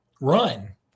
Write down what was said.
run